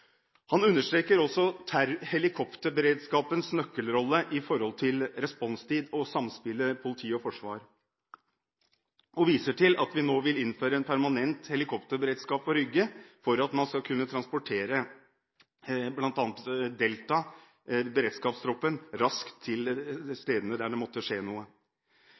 Han understreker også helikopterberedskapens nøkkelrolle i forhold til responstid og samspillet politi/forsvar og viser til at vi nå vil innføre en permanent helikopterberedskap på Rygge for at man skal kunne transportere bl.a. Delta, beredskapstroppen, raskt til stedene der det måtte skje noe.